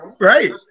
right